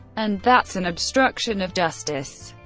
and that's an obstruction of justice.